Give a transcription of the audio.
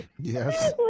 Yes